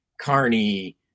Carney